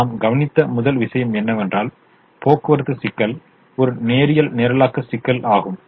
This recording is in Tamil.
நாம் கவனித்த முதல் விஷயம் என்னவென்றால் போக்குவரத்து சிக்கல் ஒரு நேரியல் நிரலாக்க சிக்கல் ஆகும்